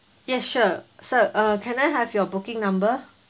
yes sure sir uh can I have your booking number